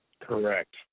Correct